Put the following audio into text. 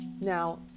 Now